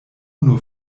nur